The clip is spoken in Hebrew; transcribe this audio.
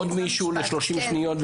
עוד מישהו או מישהי ל-30 שניות?